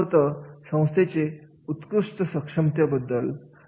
हे सगळं होतं संस्थेचे उत्कृष्ट सक्षम ते बद्दल